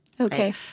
Okay